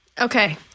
Okay